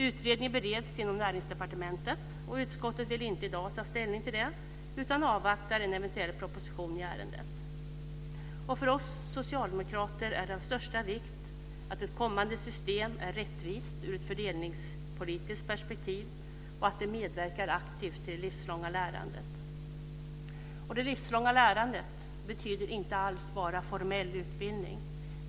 Utredningen bereds inom Näringsdepartementet och utskottet vill inte i dag ta ställning till detta, utan avvaktar en eventuell proposition i ärendet. För oss socialdemokrater är det av största vikt att ett kommande system är rättvist i ett fördelningspolitiskt perspektiv och att det medverkar aktivt till det livslånga lärandet. Det livslånga lärandet betyder inte alls bara formell utbildning.